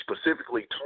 specifically